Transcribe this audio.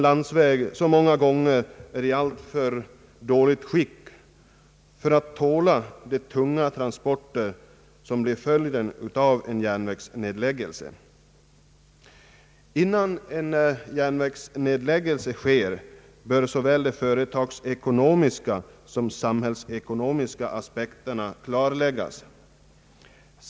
Landsvägarna är ofta i alltför dåligt skick för att tåla de tunga transporter som blir följden av en järnvägsnedläggelse. Innan en sådan sker bör såväl de företagsekonomiska som samhällsekonomiska aspekterna klarläggas.